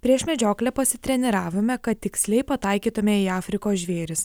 prieš medžioklę pasitreniravome kad tiksliai pataikytume į afrikos žvėris